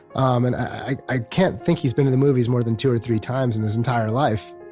um and i i can't think he's been to the movies more than two or three times in his entire life,